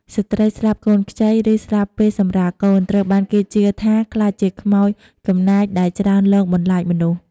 ស្ត្រីស្លាប់កូនខ្ចី ឬស្លាប់ពេលសម្រាលកូន ត្រូវបានគេជឿថាក្លាយជាខ្មោចកំណាចដែលច្រើនលងបន្លាចមនុស្ស។